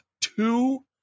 two